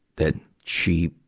that she,